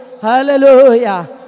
hallelujah